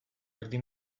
erdi